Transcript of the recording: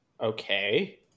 Okay